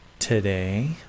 today